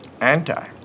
anti